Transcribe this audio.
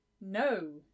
No